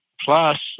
plus